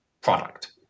product